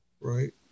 right